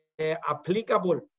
applicable